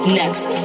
next